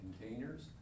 containers